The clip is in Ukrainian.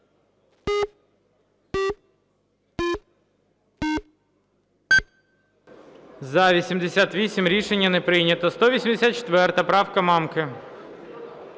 За-88 Рішення не прийнято. 184 правка Мамки.